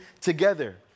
together